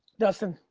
dustin,